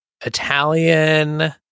Italian